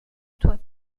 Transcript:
toit